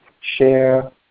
share